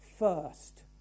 first